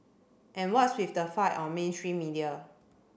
and what's with the fight on mainstream media